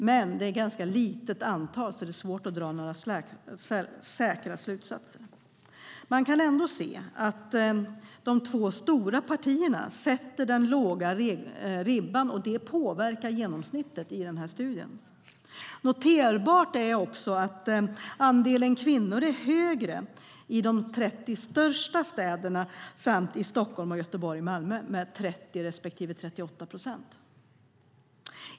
Men det är ett ganska litet antal, och det är därför svårt att dra några säkra slutsatser. Man kan ändå se att de två stora partierna sätter den låga ribban, och det påverkar genomsnittet i denna studie. Noterbart är också att andelen kvinnor är större i de 30 större städerna samt i Stockholm, Göteborg och Malmö med 30 respektive 38 procent.